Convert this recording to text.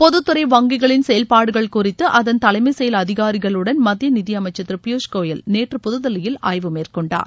பொதுத்துறை வங்கிகளின் செயல்பாடுகள் குறித்து அதன் தலைஎம செயல் அதிகாரிகளுடன் மத்திய நிதியமைச்சர் திரு பியூஸ்கோயல் நேற்று புதுதில்லியில் ஆய்வு மேற்கொண்டார்